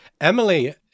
Emily